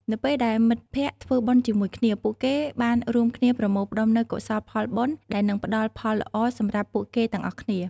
នៅពេលដែលមិត្តភក្តិធ្វើបុណ្យជាមួយគ្នា ពួកគេបានរួមគ្នាប្រមូលផ្តុំនូវកុសលផលបុណ្យដែលនឹងផ្តល់ផលល្អសម្រាប់ពួកគេទាំងអស់គ្នា។